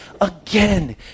again